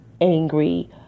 angry